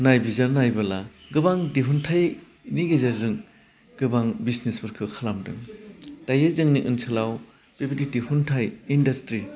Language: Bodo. नायबिजिर नायबोला गोबां दिहुन्थाइनि गेजेरजों गोबां बिजनेसफोरखो खालामदों दाइयो जोंनि ओनसोलाव बेबायदि दिहुन्थाइ इन्डासट्रि